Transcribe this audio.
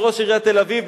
לראש עיריית תל-אביב,